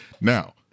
Now